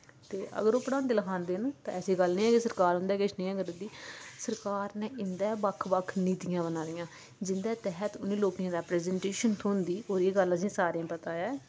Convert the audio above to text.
ते अगर ओह् पढ़ांदे लखांदे न ते ऐसी गल्ल निं ऐ जे सरकार उं'दे लेई किश नेईं करदी सरकार ने इं'दे तै बक्ख बक्ख नीतियां बनाई दियां जिं'दे तैह्त उ'नें लोकें गी रिपरजनटैशन थ्होंदी ओह्दी गल्ल असें सारें गी पता ऐ